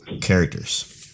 characters